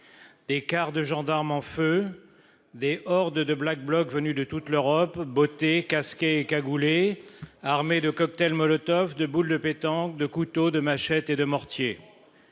Des Cars de gendarmes en feu. Des hors de de Black blocs venus de toute l'Europe bottés casqués cagoulés armés de cocktails Molotov, de boules de pétanque, de couteaux de machettes et de mortiers.